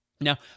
Now